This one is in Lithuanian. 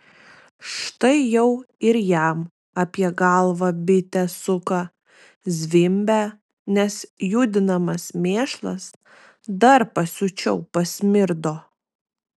štai jau ir jam apie galvą bitė suka zvimbia nes judinamas mėšlas dar pasiučiau pasmirdo